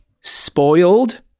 spoiled